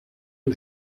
aux